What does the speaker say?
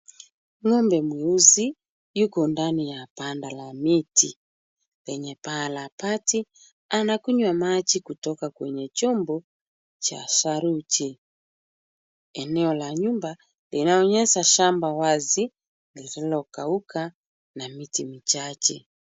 Ng'ombe mweusi yuko ndani ya banda la miti lenye paa la bati anakunywa maji kutoka kwenye chombo cha saruji, eneo la nyumba linaonyesha shamba wazi lililo kauka na miti michache.